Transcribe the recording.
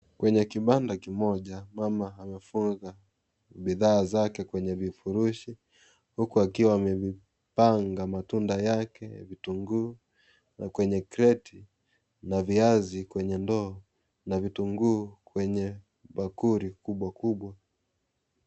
Kwenye kibanda kimoja, mama amefunga bidhaa zake kwenye vifurushi huku akiwa amevipanga matunda yake vitunguu na kwenye kreti na viazi kwenye ndoo na vitunguu kwenye bakuli kubwa kubwa.